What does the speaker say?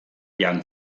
jan